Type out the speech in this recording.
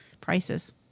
prices